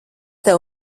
tev